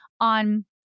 on